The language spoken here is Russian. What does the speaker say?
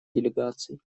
делегаций